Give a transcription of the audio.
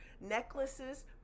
necklaces